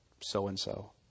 so-and-so